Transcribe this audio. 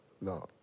no